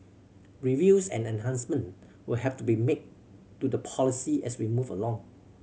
reviews and enhancement will have to be made to the policy as we move along